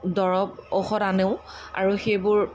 দৰব ঔষধ আনো আৰু সেইবোৰ